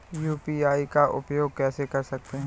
UPI का उपयोग कैसे कर सकते हैं?